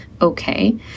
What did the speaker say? okay